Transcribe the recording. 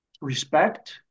respect